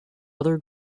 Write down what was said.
other